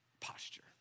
posture